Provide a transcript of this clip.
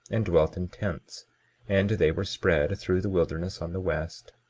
and dwelt in tents and they were spread through the wilderness on the west,